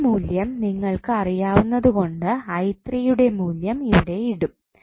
യുടെ മൂല്യം നിങ്ങൾക്ക് അറിയാവുന്നതു കൊണ്ട് യുടെ മൂല്യം ഇവിടെ ഇടും